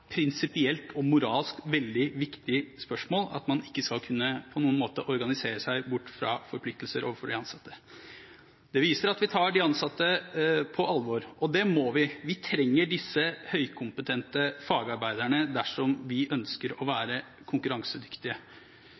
prinsipielt og moralsk veldig viktig spørsmål – at man ikke på noen måte skal kunne organisere seg bort fra forpliktelser overfor de ansatte. Det viser at vi tar de ansatte på alvor. Og det må vi. Vi trenger disse høykompetente fagarbeiderne dersom vi ønsker å være konkurransedyktige.